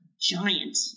giant